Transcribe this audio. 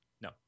no